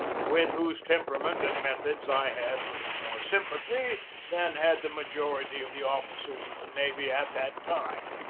with whose temperament and methods i had little more sympathy than had the majority of the officers of the navy at that time.